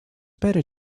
better